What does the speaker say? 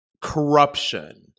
corruption